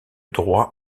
droit